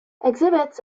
exhibits